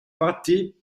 partì